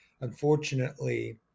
unfortunately